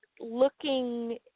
looking